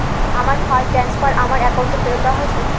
আমার fund transfer আমার অ্যাকাউন্টে ফেরত দেওয়া হয়েছে